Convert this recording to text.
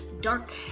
dark